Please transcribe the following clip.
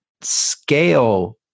scale